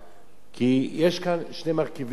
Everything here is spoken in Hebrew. כי יש כאן שני מרכיבים מרכזיים.